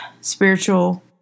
spiritual